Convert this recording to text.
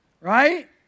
right